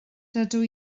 dydw